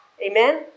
Amen